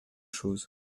chose